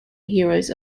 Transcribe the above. heroes